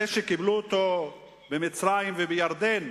זה שקיבלו אותו במצרים ובירדן,